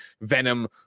venom